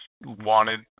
wanted